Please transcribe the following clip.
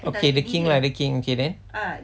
okay the king lah the king okay then